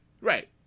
right